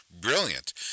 brilliant